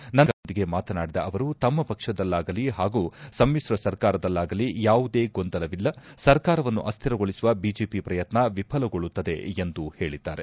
ನಂತರ ಸುದ್ದಿಗಾರರೊಂದಿಗೆ ಮಾತನಾಡಿದ ಅವರು ತಮ್ಮ ಪಕ್ಷದಲ್ಲಾಗಲಿ ಹಾಗೂ ಸಮ್ಮಿತ್ರ ಸರ್ಕಾರದಲ್ಲಾಗಲಿ ಯಾವುದೇ ಗೊಂದಲವಿಲ್ಲ ಸರ್ಕಾರವನ್ನು ಅಸ್ಥಿರಗೊಳಿಸುವ ಬಿಜೆಪಿ ಪ್ರಯತ್ನ ವಿಫಲಗೊಳ್ಳುತ್ತದೆ ಎಂದು ಹೇಳಿದ್ದಾರೆ